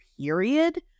period